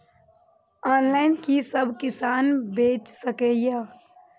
Online कि सब किसान बैच सके ये?